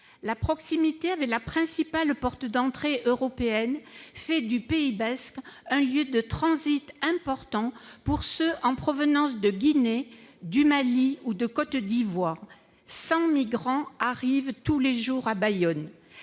Sa proximité avec la principale porte d'entrée européenne fait du Pays basque un lieu de transit important pour les migrants en provenance de Guinée, du Mali ou de Côte d'Ivoire : cent migrants arrivent tous les jours à Bayonne.